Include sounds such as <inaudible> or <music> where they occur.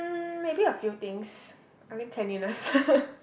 um maybe a few things I think cleanliness <laughs>